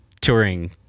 touring